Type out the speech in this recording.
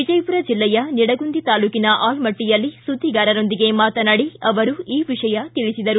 ವಿಜಯಪುರ ಜಿಲ್ಲೆಯ ನಿಡಗುಂದಿ ತಾಲೂಕಿನ ಆಲಮಟ್ಟಿಯಲ್ಲಿ ಸುದ್ದಿಗಾರರೊಂದಿಗೆ ಮಾತನಾಡಿ ಅವರು ವಿಷಯ ತಿಳಿಸಿದರು